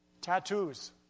Tattoos